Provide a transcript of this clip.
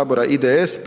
Hrvatske demokratske